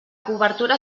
cobertura